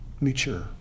Mature